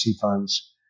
funds